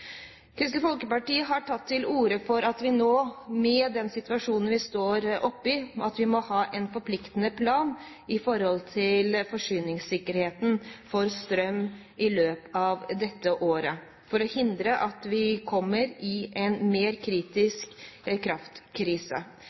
Kristelig Folkeparti har tatt til orde for at vi nå, i den situasjonen vi står oppe i, må ha en forpliktende plan om forsyningssikkerhet for strøm i løpet av dette året for å hindre at vi kommer i en mer kritisk kraftkrise.